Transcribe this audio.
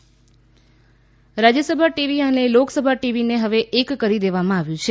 સંસદ TV Rajya Sabha TV અને લોકસભા ટીવીને હવે એક કરી દેવામાં આવ્યું છે